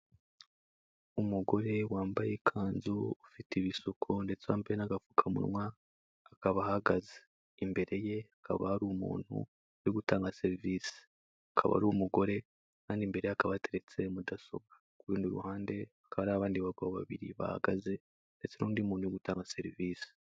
Umugore wambaye ikanzu ufite ibisuku ndetsembe n'agapfukamunwa akaba ahagaze, imbere ye hakaba hari umuntu uri gutanga serivisi, akaba ari umugore kandi imbere ye hakaba hateretse mudasobwa, ku rundi ruhande hakaba hari abandi bagabo babiri bahagaze ndetse n'undi muntu utanga serivisi.